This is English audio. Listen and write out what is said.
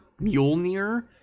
Mjolnir